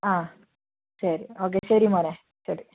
ആ ശരി ഓക്കെ ശരി മോനെ ശരി